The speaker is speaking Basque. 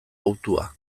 hautua